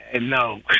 No